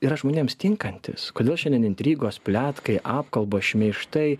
yra žmonėms tinkantis kodėl šiandien intrigos pletkai apkalbos šmeižtai